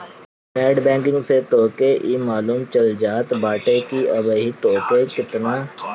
net banking से तोहके इ मालूम चल जात बाटे की अबही तोहके केतना पईसा देवे के बाटे